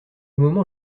moment